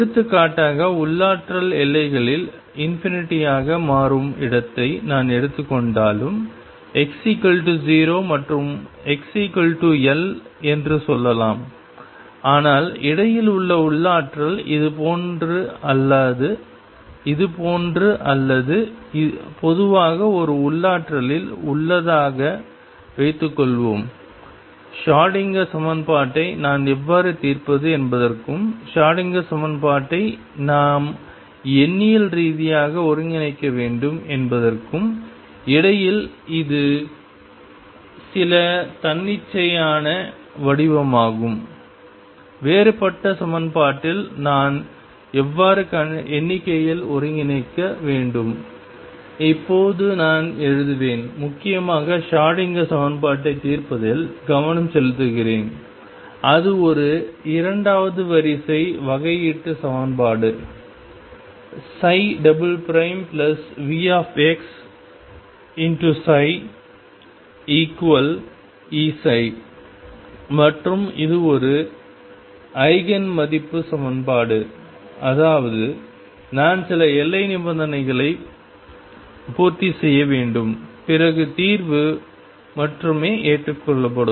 எடுத்துக்காட்டாக உள்ளாற்றல் எல்லைகளில் ஆக மாறும் இடத்தை நான் எடுத்துக் கொண்டாலும் x0 மற்றும் xL என்று சொல்லலாம் ஆனால் இடையில் உள்ள உள்ளாற்றல் இதுபோன்று அல்லது இது போன்ற அல்லது பொதுவாக ஒரு உள்ளாற்றலில் உள்ளதாக வைத்துக் கொள்வோம் ஷ்ரோடிங்கர் சமன்பாட்டை நான் எவ்வாறு தீர்ப்பது என்பதற்கும் ஷ்ரோடிங்கர் சமன்பாட்டை நாம் எண்ணியல் ரீதியாக ஒருங்கிணைக்க வேண்டும் என்பதற்கும் இடையில் இது சில தன்னிச்சையான வடிவமாகும் வேறுபட்ட சமன்பாட்டில் நான் எவ்வாறு எண்ணிக்கையில் ஒருங்கிணைக்க வேண்டும் இப்போது நான் எழுதுவேன் முக்கியமாக ஷ்ரோடிங்கர் சமன்பாட்டைத் தீர்ப்பதில் கவனம் செலுத்துகிறேன் அது ஒரு இரண்டாவது வரிசை வகையீட்டு சமன்பாடு VxψEψ மற்றும் இது ஒரு ஈஜென் மதிப்பு சமன்பாடு அதாவது நான் சில எல்லை நிபந்தனைகளை பூர்த்தி செய்ய வேண்டும் பிறகு தீர்வு மட்டுமே ஏற்றுக்கொள்ளப்படும்